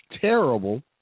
terrible